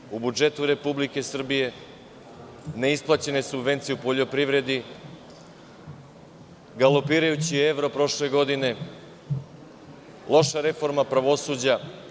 Deficit u budžetu Republike Srbije, neisplaćene subvencije u poljoprivredi, galopirajući evro prošle godine, loša reforma pravosuđa.